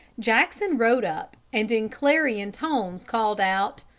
jackson rode up and in clarion tones called out,